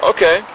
Okay